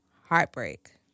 Heartbreak